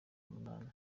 munani